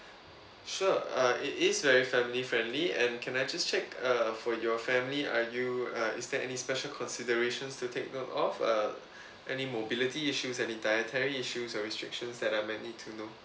sure uh it is very family friendly and can I just checked uh for your family are you uh is there any special consideration to take note of uh any mobility issues any dietary issues and restrictions that I may need to do